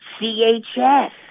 CHS